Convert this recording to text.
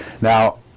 Now